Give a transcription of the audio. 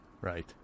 right